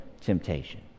temptation